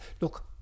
look